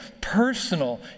personal